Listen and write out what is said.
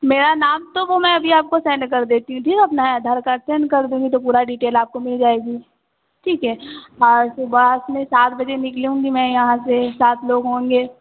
मेरा नाम तो वह अभी मैं आपको सेंड कर देती हूँ अपना आधार कार्ड सेंड कर दूँगी तो पूरा डिटेल आपको मिल जाएगी ठीक है और सुबह में सात बजे निकलूँगी मैं यहाँ से सात लोग होंगे